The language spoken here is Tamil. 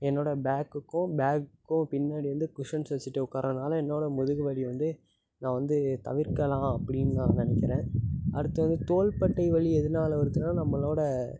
என்னோடய பேக்குக்கும் பேகுக்கும் பின்னாடி வந்து குஷ்ஷன்ஸ் வெச்சுட்டு உக்கார்றனால என்னோடய முதுகு வலி வந்து நான் வந்து தவிர்க்கலாம் அப்படின்னு நான் நினைக்கிறேன் அடுத்தது தோள்பட்டை வலி எதனால வருதுன்னால் நம்மளோடய